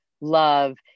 love